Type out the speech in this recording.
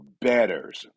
betters